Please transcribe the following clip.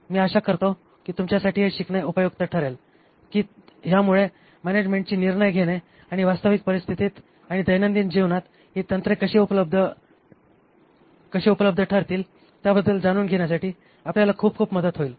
मी आशा करतो तुमच्यासाठी हे शिकणे उपयुक्त ठरेल की ह्यामुळे मॅनॅजमेन्टची निर्णय घेणे आणि वास्तविक परिस्थितीत आणि दैनंदिन जीवनात ही तंत्रे कशी उपयुक्त ठरतील याबद्दल जाणून घेण्यासाठी आपल्याला खूप मदत होईल